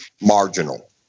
marginal